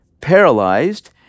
Paralyzed